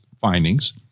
findings